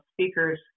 speakers